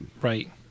Right